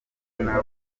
nabo